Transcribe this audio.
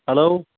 hello